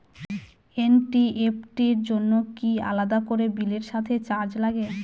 NEFT র জন্য কি আলাদা করে বিলের সাথে চার্জ লাগে?